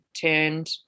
turned